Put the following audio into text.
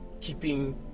keeping